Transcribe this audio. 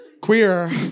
Queer